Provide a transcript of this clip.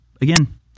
again